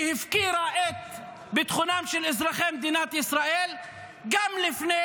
שהפקירה ביטחונם של אזרחי מדינת ישראל גם לפני